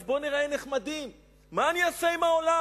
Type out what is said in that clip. אז בואו ניראה נחמדים: מה אני אעשה עם העולם?